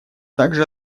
также